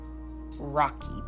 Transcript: rocky